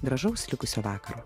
gražaus likusio vakaro